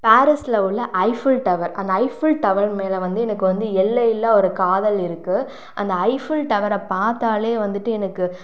பாரிஸில் உள்ள Eiffel tower அந்த ஐஃபில் டவர் மேலே வந்து எனக்கு வந்து எல்லை இல்லா ஒரு காதல் இருக்கு அந்த ஐஃபில் டவரை பார்த்தாலே வந்துவிட்டு எனக்கு